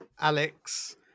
Alex